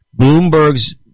Bloomberg's